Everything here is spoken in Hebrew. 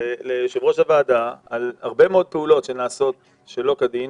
על הרבה מאוד פעולות שנעשות שלא כדין.